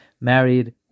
married